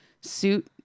suit